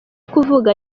kuvuga